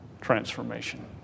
transformation